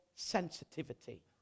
sensitivity